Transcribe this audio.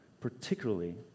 particularly